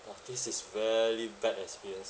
!wah! this is very bad experience